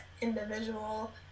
individual